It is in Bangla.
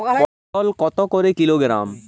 পটল কত করে কিলোগ্রাম?